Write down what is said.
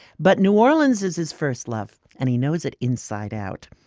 but new orleans is his first love and he knows it inside out.